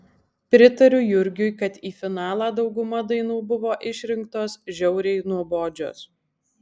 pritariu jurgiui kad į finalą dauguma dainų buvo išrinktos žiauriai nuobodžios